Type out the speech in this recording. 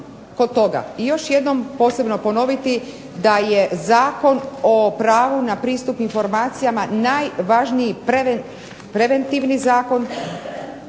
i još jednom posebno ponoviti da je Zakon o pravu na pristup informacijama najvažniji preventivni zakon,